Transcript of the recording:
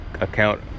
account